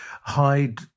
hide